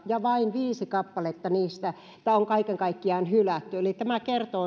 ja vain viisi kappaletta niistä on kaiken kaikkiaan hylätty eli tämä kertoo